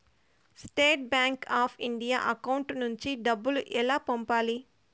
State Bank of India account నుంచి డబ్బులు ఎలా పంపాలి?